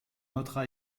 notera